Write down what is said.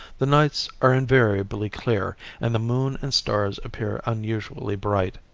the nights are invariably clear and the moon and stars appear unusually bright.